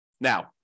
Now